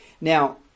Now